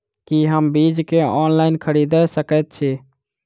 की हम बीज केँ ऑनलाइन खरीदै सकैत छी?